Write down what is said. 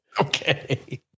Okay